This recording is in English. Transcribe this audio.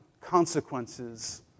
consequences